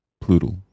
plural